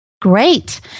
Great